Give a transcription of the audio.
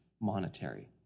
monetary